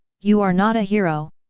you are not a hero.